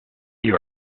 you